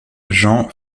jean